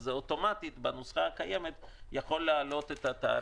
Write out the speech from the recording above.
אז אוטומטית בנוסחה הקיימת זה יכול להעלות את התעריף.